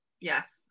Yes